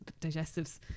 digestives